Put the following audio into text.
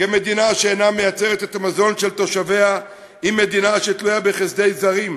כי מדינה שאינה מייצרת את המזון של תושביה היא מדינה שתלויה בחסדי זרים.